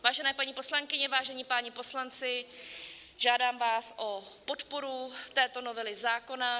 Vážené paní poslankyně, vážení páni poslanci, žádám vás o podporu této novely zákona.